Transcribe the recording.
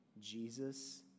Jesus